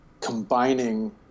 combining